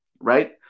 right